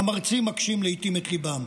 המרצים מקשים לעיתים את ליבם,